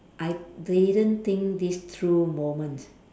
I didn't think this through moment